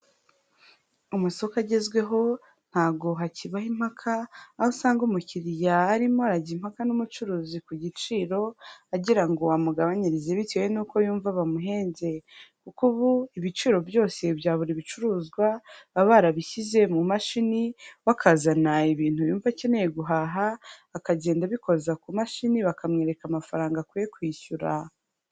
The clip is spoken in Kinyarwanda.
Amasoko agezweho ntago hakibaho impaka. Aho asanga umukiriya arimo arajya impaka n'umucuruzi ku giciro, agira ngo amugabanyirize bitewe nuko yumva bamuhenze. Kuko ubu ibiciro byose bya buri bicuruzwa baba barabishyize mu mashini, we akazana ibintu yumva akeneye guhaha, akagenda abikoza ku mashini bakamwereka amafaranga akwiye kwishyura.